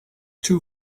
too